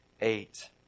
eight